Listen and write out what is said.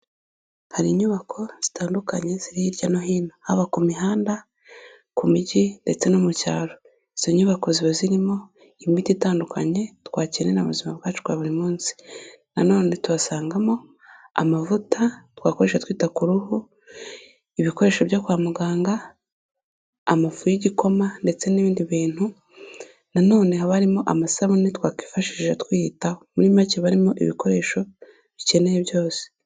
Hari inyubako zitandukanye ziri hirya no hino. Haba ku mihanda, ku mijyi ndetse no mu cyaro. Izo nyubako ziba zirimo imiti itandukanye, twakenera mu buzima bwacu bwa buri munsi. Na none tuhasangamo amavuta twakoresha twita ku ruhu, ibikoresho byo kwa muganga, amafu y'igikoma ndetse n'ibindi bintu, na none haba harimo amasabune twakwifashisha twiyitaho. Muri make haba harimo ibikoresho dukeneye byose.